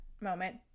moment